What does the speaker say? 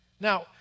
Now